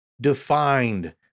defined